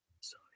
Sorry